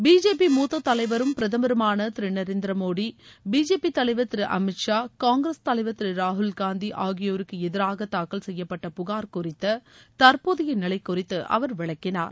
BJP மூத்த தலைவரும் பிரதமருமான திரு நரேந்திர மோடி பிஜேபி தலைவர் திரு அமீத் ஷா காங்கிரஸ் தலைவர் திரு ராகுல்காந்தி ஆகியோருக்கு எதிராக தாக்கல் செய்யப்பட்ட புகார் குறித்த தற்போதைய நிலை குறித்து அவர் விளக்கினார்